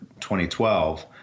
2012